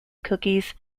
cookies